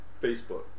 Facebook